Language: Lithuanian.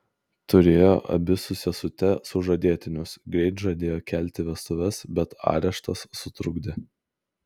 turėjo abi su sesute sužadėtinius greit žadėjo kelti vestuves bet areštas sutrukdė